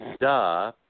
duh